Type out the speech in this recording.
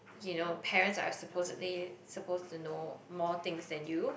you know parents are supposedly supposed to know more things than you